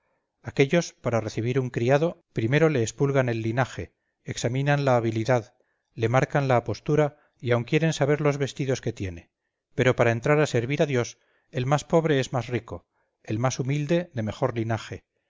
aquéllos para recebir un criado primero le espulgan el linaje examinan la habilidad le marcan la apostura y aun quieren saber los vestidos que tiene pero para entrar a servir a dios el más pobre es más rico el más humilde de mejor linaje